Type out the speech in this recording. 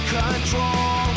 control